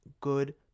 good